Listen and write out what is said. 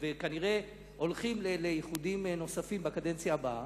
וכנראה הולכים לאיחודים נוספים בקדנציה הבאה,